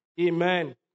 Amen